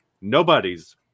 Nobody's